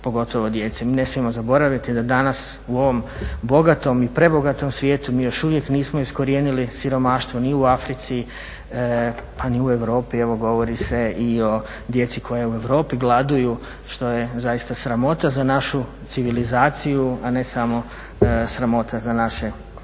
pogotovo djece. Mi ne smijemo zaboraviti da danas u ovom bogatom i prebogatom svijetu mi još uvijek nismo iskorijenili siromaštvo ni u Africi pa ni u Europi. Evo govori se o djeci koja u Europi gladuju što je zaista sramota za našu civilizaciju, a ne samo sramota za naša